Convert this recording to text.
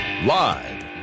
Live